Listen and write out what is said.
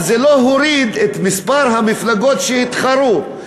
זה לא הוריד את מספר המפלגות שהתחרו,